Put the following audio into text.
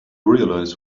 realize